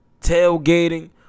Tailgating